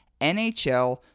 NHL